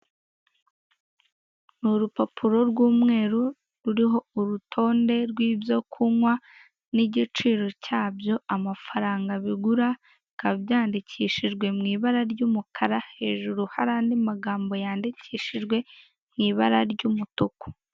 Ni urupapuro rw'umweru, ruriho urutonde rw'ibyo kunywa, n'igiciro cyabyo, amafaranga bigura, bikaba byandikishijwe mu ibara ry'umukara, hejuru hari andi magambo yandikishijwe mu ibara ry'umutuku.